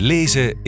Lezen